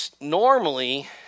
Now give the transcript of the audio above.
Normally